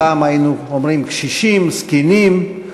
פעם היינו אומרים "קשישים", "זקנים".